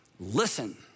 Listen